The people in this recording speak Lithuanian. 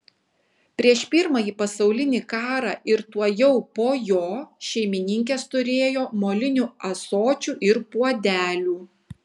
prieš pirmąjį pasaulinį karą ir tuojau po jo šeimininkės turėjo molinių ąsočių ir puodelių